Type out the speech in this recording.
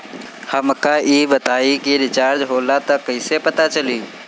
हमका ई बताई कि रिचार्ज होला त कईसे पता चली?